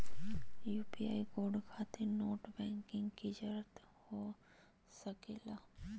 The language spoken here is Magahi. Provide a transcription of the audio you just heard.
यू.पी.आई कोड खातिर नेट बैंकिंग की जरूरत हो सके ला?